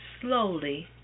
Slowly